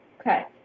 Okay